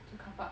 坐 carpark